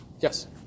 Yes